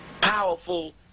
Powerful